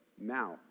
now